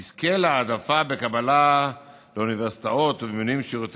יזכה להעדפה בקבלה לאוניברסיטאות ובמינויים בשירות